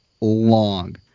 long